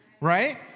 right